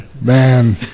Man